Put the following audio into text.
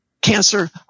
cancer